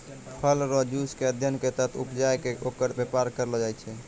फल रो जुस के अध्ययन के तहत उपजाय कै ओकर वेपार करलो जाय छै